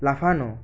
লাফানো